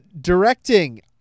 Directing